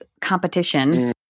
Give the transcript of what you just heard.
competition